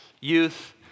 youth